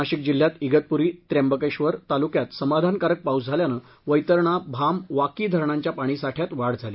नाशिक जिल्ह्यात इगतपूरी त्रबंकेश्वर तालुक्यात समाधानकारक पाऊस झाल्यानं वैतरणा भाम वाकी धरणांच्या पाणीसाठयात वाढ झाली